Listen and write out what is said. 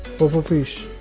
puffer fish.